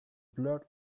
blurt